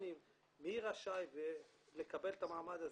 מי רשאי לקבל את המעמד הזה.